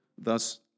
thus